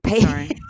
Sorry